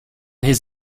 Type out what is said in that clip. his